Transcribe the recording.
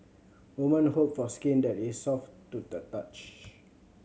women hope for skin that is soft to the touch